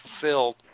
fulfilled